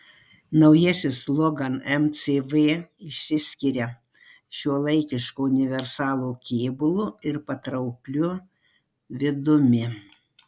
naujasis logan mcv išsiskiria šiuolaikišku universalo kėbulu ir patraukliu vidumi